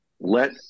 let